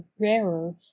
rarer